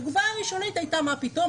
התגובה הראשונית הייתה: מה פתאום?